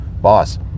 Boss